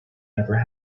never